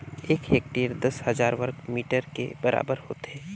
एक हेक्टेयर दस हजार वर्ग मीटर के बराबर होथे